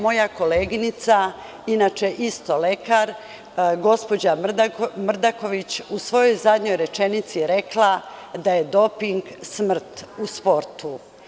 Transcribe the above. Moja koleginica, inače isto lekar, gospođa Mrdaković, u svojoj zadnjoj rečenici je rekla da je doping smrt u sportu.